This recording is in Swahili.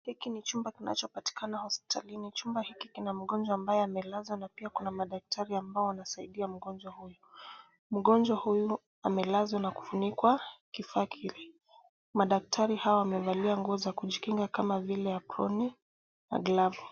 Hiki ni chumba kinachopatikana hospitalini. Chumba hiki kina mgonjwa ambaye amelazwa na pia kuna madaktari ambao wanasaidia mgonjwa huyu. Mgonjwa huyu amelazwa na kufunikwa kifaa kile. Madaktari hawa wamevalia nguo za kujikinga kama vile aproni na glavu.